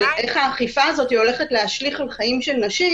האכיפה הזאת שהולכת להשליך על חיים של נשים,